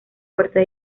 fuerte